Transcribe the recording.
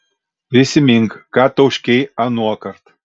prisimink ką tauškei anuokart